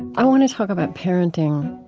i want to talk about parenting.